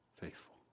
faithful